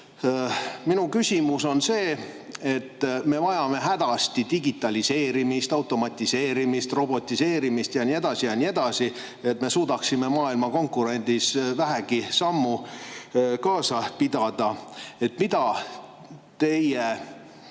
Minu küsimus on see. Me vajame hädasti digitaliseerimist, automatiseerimist, robotiseerimist ja nii edasi ja nii edasi, et me suudaksime maailma konkurentsis vähegi sammu kaasa astuda. Mida olete